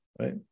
right